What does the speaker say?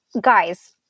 guys